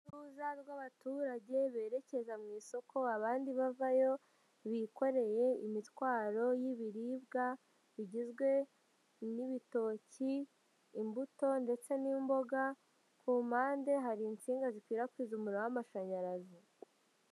Urujya n'uruza rw'abaturage berekeza mu isoko abandi bavayo, bikoreye imitwaro y'ibiribwa, bigizwe n'ibitoki, imbuto ndetse n'imboga, ku mpande hari insinga zikwirakwiza umuriro w'amashanyarazi.